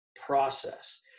process